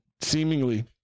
seemingly